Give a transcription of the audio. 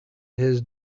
his